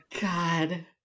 god